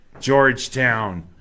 Georgetown